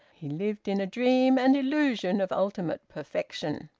he lived in a dream and illusion of ultimate perfection.